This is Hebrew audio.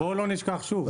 בואו לא נשכח שוב,